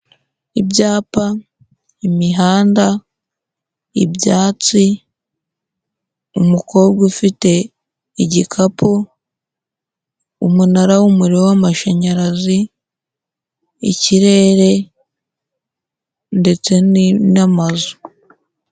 Ibyapa, imihanda, ibyatsi, umukobwa ufite igikapu, umunara w'umuriro w'amashanyarazi, ikirere ndetse n'amazu.